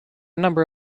number